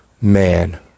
man